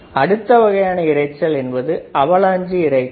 அடுத்த வகையான இரைச்சல் என்பது அவலாஞ்சி இரைச்சல்